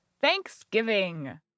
Thanksgiving